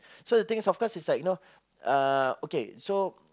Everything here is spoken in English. so the thing is of course is like you know uh okay so